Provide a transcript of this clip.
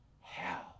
hell